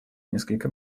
несколько